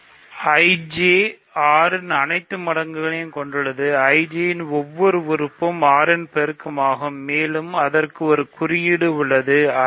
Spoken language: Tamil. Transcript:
I J 6 இன் அனைத்து மடங்குகளையும் கொண்டுள்ளது IJ யின் ஒவ்வொரு உறுப்பும் 6 இன் பெருக்கமாகும் மேலும் அதற்கு ஒரே குறியீடு உள்ளது I